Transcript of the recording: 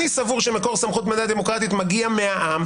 אני סבור שמקור הסמכות במדינה דמוקרטית מגיע מהעם,